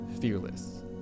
fearless